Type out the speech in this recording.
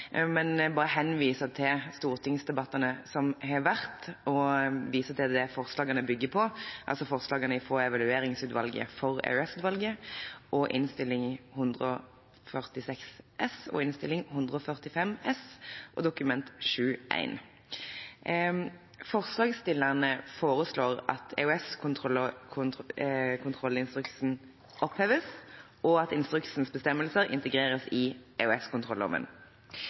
men jeg vil bare henvise til stortingsdebattene som har vært, og vise til det som forslagene fra evalueringsutvalget for EOS-utvalget bygger på, og Innst. 146 S for 2016–2017, Innst. 145 S for 2016–2017 og Dokument 7:1 for 2015–2016. Forslagsstillerne foreslår at EOS-kontrollinstruksen oppheves, og at instruksens bestemmelser integreres i